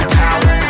power